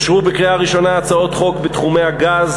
אושרו בקריאה ראשונה הצעות חוק בתחומי הגז,